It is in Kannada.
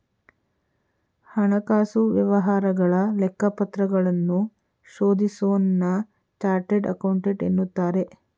ಹಣಕಾಸು ವ್ಯವಹಾರಗಳ ಲೆಕ್ಕಪತ್ರಗಳನ್ನು ಶೋಧಿಸೋನ್ನ ಚಾರ್ಟೆಡ್ ಅಕೌಂಟೆಂಟ್ ಎನ್ನುತ್ತಾರೆ